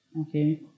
Okay